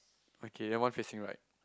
okay then one facing right